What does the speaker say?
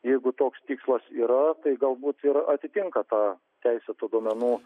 jeigu toks tikslas yra tai galbūt ir atitinka tą teisėtų duomenų